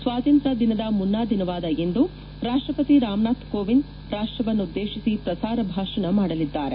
ಸ್ವಾತಂತ್ರ್ಯ ದಿನದ ಮುನ್ನಾ ದಿನವಾದ ಇಂದು ರಾಪ್ಲಪತಿ ರಾಮನಾಥ ಕೋವಿಂದ್ ರಾಪ್ಲವನ್ನು ಉದ್ದೇಶಿಸಿ ಪ್ರಸಾರ ಭಾಷಣ ಮಾಡಲಿದ್ದಾರೆ